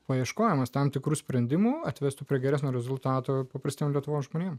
paieškojimas tam tikrų sprendimų atvestų prie geresnio rezultato paprastiems lietuvos žmonėms